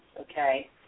okay